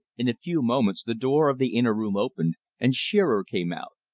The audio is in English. in a few moments the door of the inner room opened, and shearer came out.